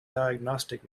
diagnostic